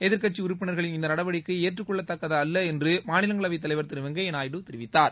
எதிர்க்கட்சி உறுப்பினர்களின் இந்த நடவடிக்கை ஏற்றுக் கொள்ளத்தக்கதல்ல என்று மாநிலங்களவைத் தலைவர் திரு வெங்கையா நாயுடு தெரிவித்தார்